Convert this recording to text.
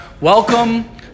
Welcome